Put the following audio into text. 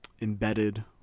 embedded